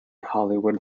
hollywood